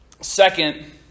Second